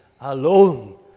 alone